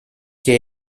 que